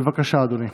בבקשה, אדוני.